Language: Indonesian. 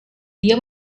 dia